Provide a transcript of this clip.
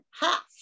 half